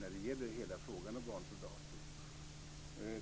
när det gäller hela frågan om barnsoldater.